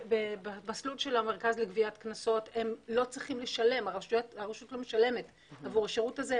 במסלול של המרכז לגביית קנסות הרשות לא משלמת עבור השירות הזה,